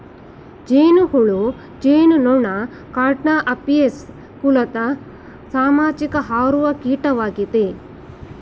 ಜೇನುಹುಳು ಜೇನುನೊಣ ಕ್ಲಾಡ್ನ ಅಪಿಸ್ ಕುಲದ ಸಾಮಾಜಿಕ ಹಾರುವ ಕೀಟವಾಗಿದೆ